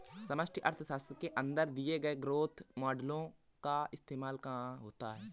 समष्टि अर्थशास्त्र के अंदर दिए गए ग्रोथ मॉडेल का इस्तेमाल कहाँ होता है?